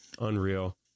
Unreal